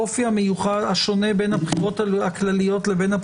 ואם ההרחבה מ-33 ל-90 ימים לא משנה מהותית את דרך